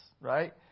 Right